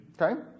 Okay